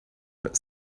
but